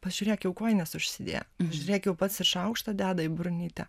pažiūrėk jau kojines užsidėjo pažiūrėk jau pats ir šaukštą deda į burnytę